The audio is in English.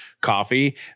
coffee